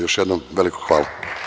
Još jednom veliko hvala.